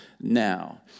now